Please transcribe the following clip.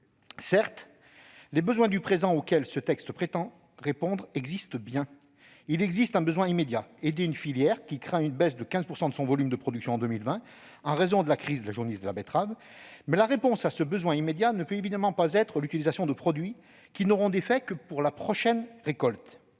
nier les « besoins du présent » auxquels ce texte prétend répondre. Il convient d'aider, sans délai, une filière qui craint une baisse de 15 % de son volume de production en 2020, en raison de la crise de la jaunisse de la betterave. Pour autant, la réponse à ce besoin immédiat ne peut évidemment pas être l'utilisation de produits qui n'auront d'effet que sur la prochaine récolte.